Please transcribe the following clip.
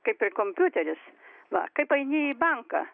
kaip ir kompiuteris va kaip eini į banką